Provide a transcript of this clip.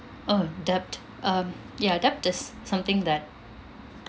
orh debt um ya debt is something that